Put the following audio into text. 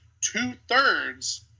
two-thirds